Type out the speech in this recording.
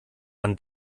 man